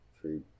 Three